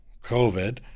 COVID